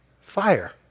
Fire